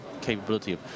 capability